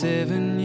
Seven